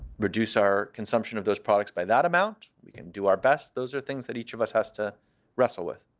reduce our consumption of those products by that amount. we can do our best. those are the things that each of us has to wrestle with.